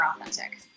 authentic